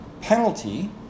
penalty